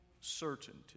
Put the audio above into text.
certainty